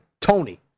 Tony